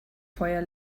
feuer